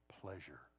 pleasure